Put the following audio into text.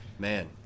Man